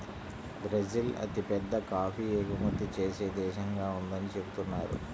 Brazil అతిపెద్ద coffee ఎగుమతి చేసే దేశంగా ఉందని చెబుతున్నారు